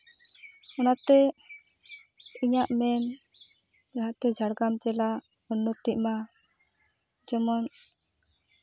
ᱚᱱᱟᱛᱮ ᱤᱧᱟᱹᱜ ᱢᱮᱱ ᱱᱚᱛᱮ ᱡᱷᱟᱲᱜᱨᱟᱢ ᱡᱮᱞᱟ ᱩᱱᱱᱚᱛᱤᱜ ᱢᱟ ᱡᱮᱢᱚᱱ